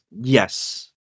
Yes